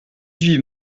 huit